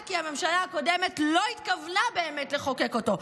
הכול רק כי הממשלה הקודמת לא התכוונה באמת לחוקק אותו.